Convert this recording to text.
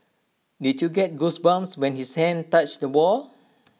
did you get goosebumps when his hand touched the wall